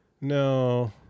No